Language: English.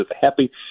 happy